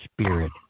spirit